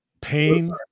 pain